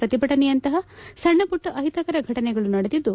ಪ್ರತಿಭಟನೆಯಂತಹ ಸಣ್ಣ ಪುಟ್ಟ ಅಹಿತಕರ ಘಟನೆಗಳು ನಡೆದಿದ್ದು